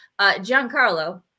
Giancarlo